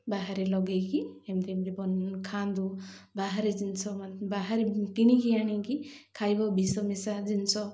ବାହାରେ ଲଗାଇକି ଏମିତି ଏମିତି ଖାଆନ୍ତୁ ବାହାରେ ଜିନିଷ ବାହାରେ କିଣିକି ଆଣିକି ଖାଇବ ବିଷ ମିଶା ଜିନିଷ